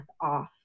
off